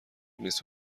نیست